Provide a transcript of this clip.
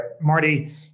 Marty